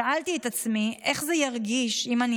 שאלתי את עצמי איך זה ירגיש אם אני